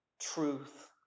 truth